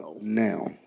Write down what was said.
Now